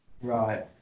Right